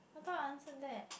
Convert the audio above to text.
I thought I answer that